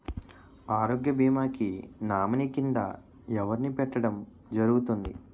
ఆరోగ్య భీమా కి నామినీ కిందా ఎవరిని పెట్టడం జరుగతుంది?